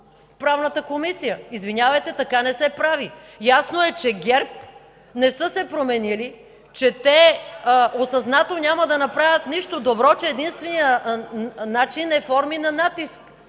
Правната комисия. Извинявайте, така не се прави! Ясно е, че ГЕРБ не са се променили, че те осъзнато няма да направят нищо добро, че единственият начин е форми на натиск.